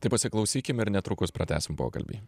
taip pasiklausykime ir netrukus pratęsim pokalbį